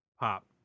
pop